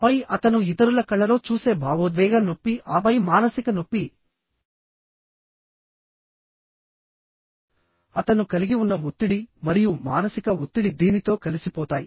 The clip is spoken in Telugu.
ఆపై అతను ఇతరుల కళ్ళలో చూసే భావోద్వేగ నొప్పి ఆపై మానసిక నొప్పిఅతను కలిగి ఉన్న ఒత్తిడి మరియు మానసిక ఒత్తిడి దీనితో కలిసిపోతాయి